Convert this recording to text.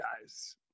guys